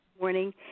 morning